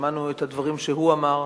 שמענו את הדברים שהוא אמר.